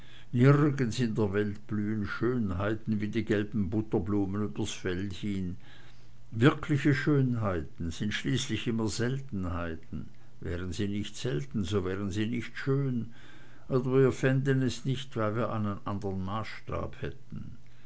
in der welt blühen schönheiten wie die gelben butterblumen übers feld hin wirkliche schönheiten sind schließlich immer seltenheiten wären sie nicht selten so wären sie nicht schön oder wir fänden es nicht weil wir einen andern maßstab hätten